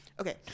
Okay